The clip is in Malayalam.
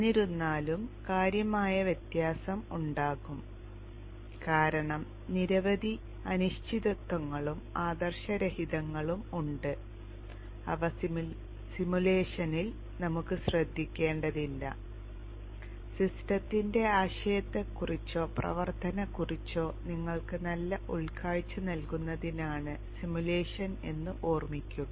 എന്നിരുന്നാലും കാര്യമായ വ്യത്യാസം ഉണ്ടാകും കാരണം നിരവധി അനിശ്ചിതത്വങ്ങളും ആദർശരഹിതങ്ങളും ഉണ്ട് അവ സിമുലേഷനിൽ നമുക്ക് ശ്രദ്ധിക്കേണ്ടതില്ല സിസ്റ്റത്തിന്റെ ആശയത്തെക്കുറിച്ചോ പ്രവർത്തനത്തെക്കുറിച്ചോ നിങ്ങൾക്ക് നല്ല ഉൾക്കാഴ്ച നൽകുന്നതിനാണ് സിമുലേഷൻ എന്ന് ഓർമ്മിക്കുക